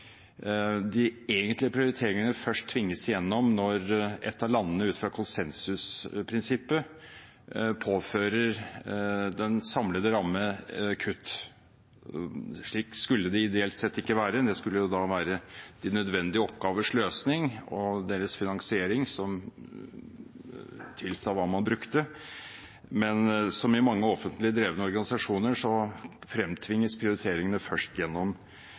de egentlige prioriteringene først tvinges igjennom når et av landene ut fra konsensusprinsippet påfører den samlede ramme kutt. Slik skulle det ideelt sett ikke være, det skulle være de nødvendige oppgavers løsning og deres finansiering som tilsa hva man brukte. Men som i mange offentlig drevne organisasjoner fremtvinges prioriteringene først gjennom